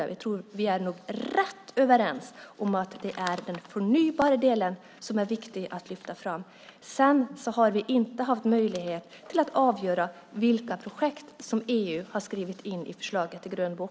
Jag tror att vi nog är rätt överens om att det är den förnybara delen som är viktig att lyfta fram. Sedan har vi inte haft möjlighet att avgöra vilka projekt EU skulle skriva in i förslaget till grönbok.